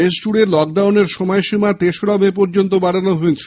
দেশ জুড়ে লকডাউনের সময়সীমা তেসরা মে পর্যন্ত বাড়ানো হয়েছে